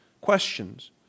questions